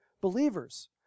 believers